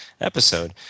episode